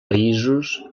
països